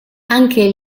anche